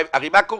הרי מה קורה?